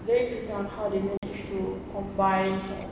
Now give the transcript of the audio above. it's very interesting on how they manage to combine it's like